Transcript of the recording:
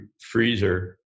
freezer